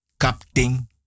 captain